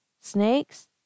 snakes